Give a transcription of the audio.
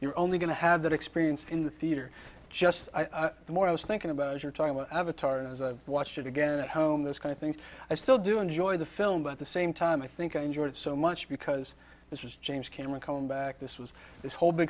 you're only going to have that experience in the theater just the more i was thinking about as you're talking about avatar as i watched it again at home this kind of things i still do enjoy the film but at the same time i think i enjoyed it so much because this is james cameron coming back this was this whole big